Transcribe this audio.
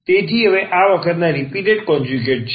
તેથી હવે આ વખતનાં રીપીટેટ કોનજયુગેટ છે